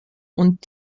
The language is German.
und